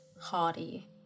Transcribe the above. hardy